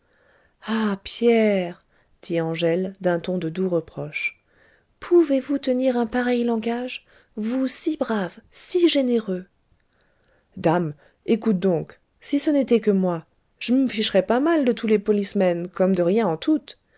ah pierre dit angèle d'un ton de doux reproche pouvez-vous tenir un pareil langage vous si brave si généreux dame écoute donc si ce n'était que moi j'm'ficherais de tous les policemen comme de rien en toute